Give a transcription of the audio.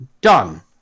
Done